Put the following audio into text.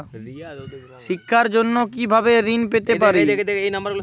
শিক্ষার জন্য কি ভাবে ঋণ পেতে পারি?